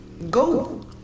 Go